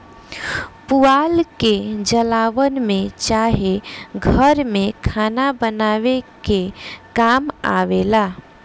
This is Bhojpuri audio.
पुआल के जलावन में चाहे घर में खाना बनावे के काम आवेला